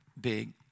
big